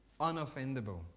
unoffendable